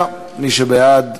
יחד עם הרבנים,